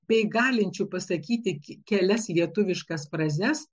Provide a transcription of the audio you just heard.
bei galinčių pasakyti kelias lietuviškas frazes